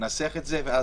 ננסח את זה.